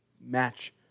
match